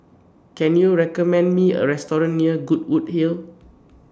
Can YOU recommend Me A Restaurant near Goodwood Hill